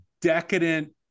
decadent